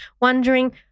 wondering